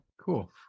cool